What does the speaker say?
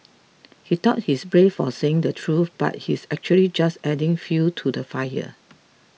he thought he's brave for saying the truth but he's actually just adding fuel to the fire